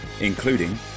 including